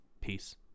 Peace